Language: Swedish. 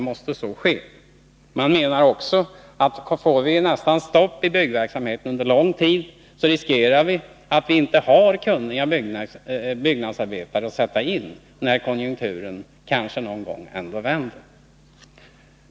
Man menar också att får vi nästan stopp i byggverksamheten under lång tid riskerar vi att vi inte har några kunniga byggnadsarbetare att sätta in, när konjunkturerna kanske någon gång vänder.